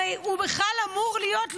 הרי הוא בכלל אמור להיות,